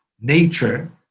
nature